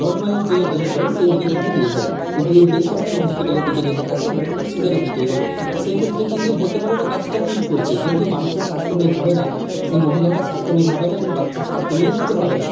normal যে delivery সেই দিকে কিন্তু নিয়ে যায় কিন্তু বেসরকারি হসপিটালের দিকে যদি তাকাই উনারা কিন্তু সিজারের দিকে এগোয় সেই ক্ষেত্রে কিন্তু হতে পারে ওরা কাজটা কুইক করছে কিন্তু মানুষের স্বাস্থ্য নিয়ে ভাবে না সেই মহিলাটার স্বাস্থ্য নিয়ে ভাবে না এবং বাচ্চার স্বাস্থ্য নিয়েও কিন্তু ভাবে না